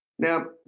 Now